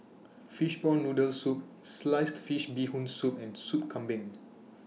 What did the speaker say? Fishball Noodle Soup Sliced Fish Bee Hoon Soup and Sop Kambing